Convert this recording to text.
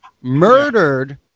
Murdered